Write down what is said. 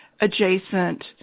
adjacent